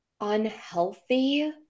unhealthy